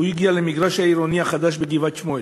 הוא הגיע למגרש העירוני החדש בגבעת-שמואל.